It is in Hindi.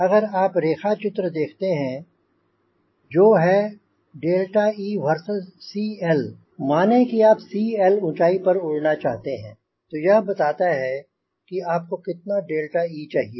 अगर आप रेखा चित्र देखते हैं जो है e versus CL माने कि आप CL ऊंँचाई पर उड़ना चाहते हैं तो यह बताता है आपको कितना e चाहिए